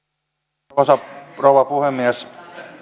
arvoisa rouva puhemies